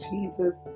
Jesus